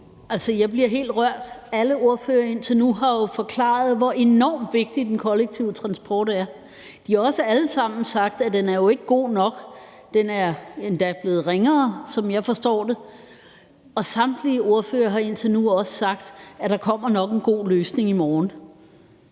Jeg bliver helt rørt. Alle ordførere indtil nu har jo forklaret, hvor enormt vigtig den kollektive transport er. De har også alle sammen sagt, at den ikke er god nok, og at den endda er blevet ringere, som jeg forstår det. Samtlige ordførere har indtil nu også sagt, at der nok kommer en god løsning i morgen.